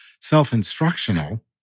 self-instructional